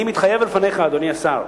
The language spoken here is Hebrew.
אני מתחייב לפניך, אדוני השר,